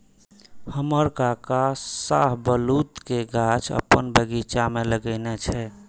हमर काका शाहबलूत के गाछ अपन बगीचा मे लगेने छै